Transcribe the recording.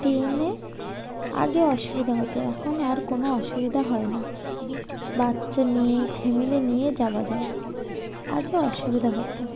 ট্রেনে আগে অসুবিধা হতো এখন আর কোনো অসুবিধা হয় না বাচ্চা নিয়ে ফ্যামিলি নিয়ে যাওয়া যায় আগে অসুবিধা হতো